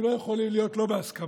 הם לא יכולים להיות לא בהסכמה.